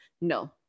No